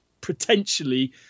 potentially